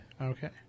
Okay